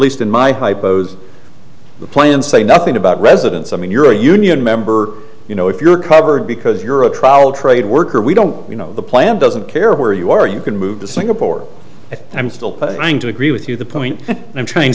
least in my hypo's the plan say nothing about residents i mean you're a union member you know if you're covered because you're a troll trade worker we don't you know the plan doesn't care where you are you can move to singapore and i'm still going to agree with you the point i'm trying to